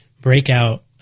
breakout